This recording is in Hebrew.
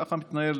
ככה מתנהל